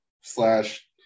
slash